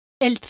El